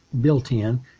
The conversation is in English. built-in